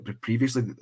previously